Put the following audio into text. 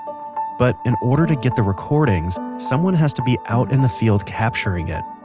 but, in order to get the recordings, someone has to be out in the field capturing it.